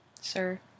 Sir